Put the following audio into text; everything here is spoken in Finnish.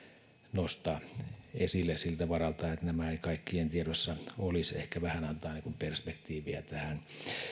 nostaa esille siltä varalta että nämä eivät kaikkien tiedossa olisi ehkä vähän antaa perspektiiviä tähän